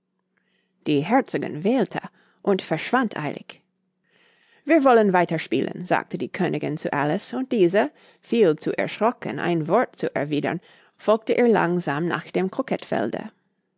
die herzogin wählte und verschwand eilig wir wollen weiter spielen sagte die königin zu alice und diese viel zu erschrocken ein wort zu erwiedern folgte ihr langsam nach dem